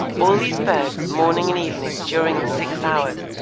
all these birds, morning and evening during the six hours,